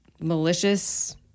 malicious